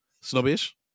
snobbish